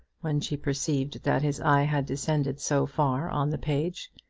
when she perceived that his eye had descended so far on the page.